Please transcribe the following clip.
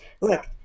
look